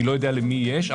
אני לא יודע למי יש,